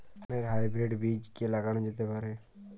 ধানের হাইব্রীড বীজ কি লাগানো যেতে পারে?